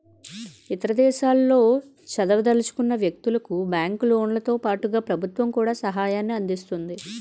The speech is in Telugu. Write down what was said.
ఇతర దేశాల్లో చదవదలుచుకున్న వ్యక్తులకు బ్యాంకు లోన్లతో పాటుగా ప్రభుత్వం కూడా సహాయాన్ని అందిస్తుంది